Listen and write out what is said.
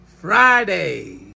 Friday